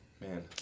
Man